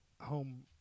home